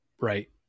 Right